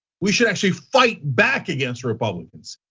we should actually fight back against republicans.